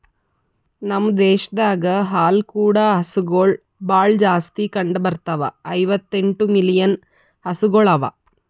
ನಮ್ ದೇಶದಾಗ್ ಹಾಲು ಕೂಡ ಹಸುಗೊಳ್ ಭಾಳ್ ಜಾಸ್ತಿ ಕಂಡ ಬರ್ತಾವ, ಐವತ್ತ ಎಂಟು ಮಿಲಿಯನ್ ಹಸುಗೊಳ್ ಅವಾ